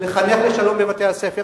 לחנך לשלום בבתי-הספר.